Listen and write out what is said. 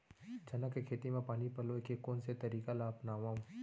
चना के खेती म पानी पलोय के कोन से तरीका ला अपनावव?